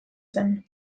zen